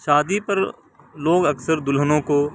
شادی پر لوگ اکثر دلہنوں کو